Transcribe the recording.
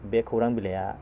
बे खौरां बिलाइया